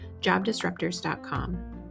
JobDisruptors.com